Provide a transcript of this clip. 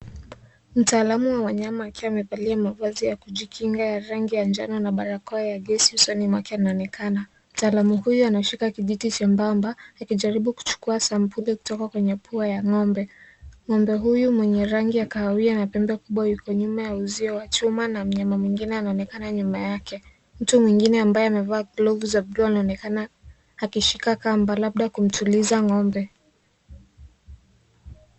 Mtaalamu wa wanyama akiwa amevalia mavazi ya kujikinga ya rangi ya njano na barakoa ya gesi usoni mwake anaonekana. Mtaalamu huyo anashika kijiti chembamba, akijaribu kuchukua sampuli kutoka kwenye pua ya ng'ombe. Ng'ombe huyu mwenye rangi ya kahawia na pembe kubwa yuko nyuma ya uzio wa chuma na mnyama mwingine anaonekana nyuma yake. Mtu mwingine ambaye amevaa glovu za bluu anaonekana akishika kamba labda kumtuliza ng'ombe.